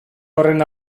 horren